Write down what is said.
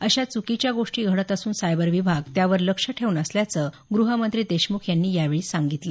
अशा चुकीच्या गोष्टी घडत असून सायबर विभाग त्यावर लक्ष ठेऊन असल्याचं ग्रहमंत्री देशमुख यांनी यावेळी सांगितलं